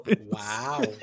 Wow